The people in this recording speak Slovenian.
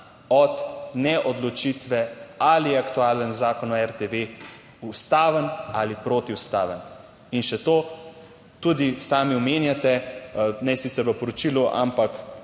od neodločitve, ali je aktualen Zakon o RTV ustaven ali protiustaven. In še to, tudi sami omenjate, ne sicer v poročilu, ampak